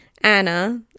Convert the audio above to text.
Anna